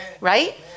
right